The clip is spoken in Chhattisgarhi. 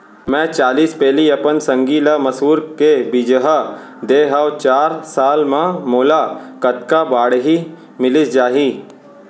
मैं चालीस पैली अपन संगी ल मसूर के बीजहा दे हव चार साल म मोला कतका बाड़ही मिलिस जाही?